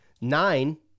nine